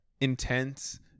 intense